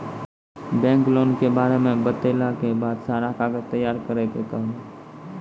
Bank loan के बारे मे बतेला के बाद सारा कागज तैयार करे के कहब?